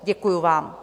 Děkuji vám.